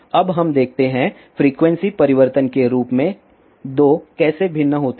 अब हम देखते हैं फ्रीक्वेंसी परिवर्तन के रूप में ये 2 कैसे भिन्न होते हैं